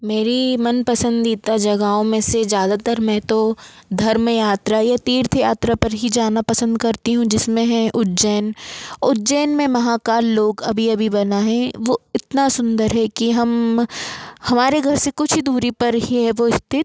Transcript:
मेरी मन पसंदीदा जगहों में से ज़्यादातर मैं तो धर्म यात्रा या तीर्थ यात्रा पर ही जाना पसंद करती हूँ जिसमें है उज्जैन उज्जैन में महाकाल लोक अभी अभी बना है वो इतना सुंदर है कि हम हमारे घर से कुछ ही दूरी पर ही है वो इस्तित